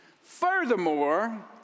Furthermore